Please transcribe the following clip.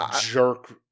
jerk